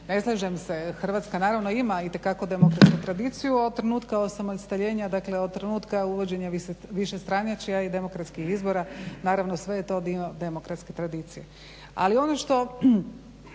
Ne slažem se, Hrvatska naravno ima itekako demokratsku tradiciju od trenutka osamostaljenja, dakle od trenutka uvođenja višestranačja i demokratskih izbora. Naravno sve je to dio demokratske tradicije. Ali ono što,